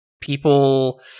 people